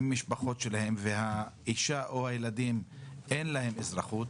משפחות שלהם והאישה או הילדים אין להם אזרחות,